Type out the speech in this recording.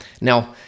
Now